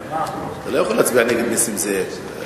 יואל, אתה לא יכול להצביע נגד נסים זאב.